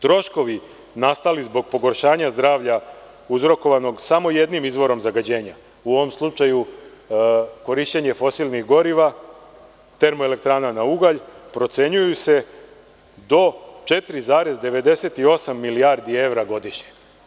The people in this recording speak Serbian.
Troškovi nastali zbog pogoršanja zdravlja uzrokovanog samo jednim izvorom zagađenja, u ovom slučaju korišćenje fosilnih goriva, termoelektrana na ugalj, procenjuju se do 4,98 milijardi evra godišnje.